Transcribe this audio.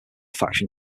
faction